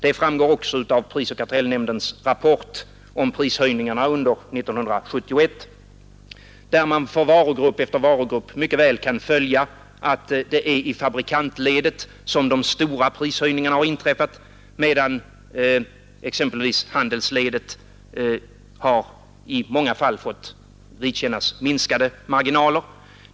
Det framgår också av prisoch kartellnämndens rapport om prishöjningarna under 1971, där man för varugrupp efter varugrupp mycket väl kan följa, att det är i fabrikantledet som de stora prishöjningarna har inträffat, medan handelsledet i många fall har fått vidkännas minskade marginaler.